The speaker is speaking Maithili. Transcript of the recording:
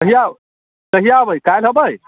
कहिआ कहिआ अबै कल्हि अबै